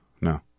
No